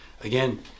again